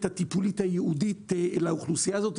הטיפולית הייעודית לאוכלוסייה הזאת.